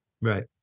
Right